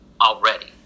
already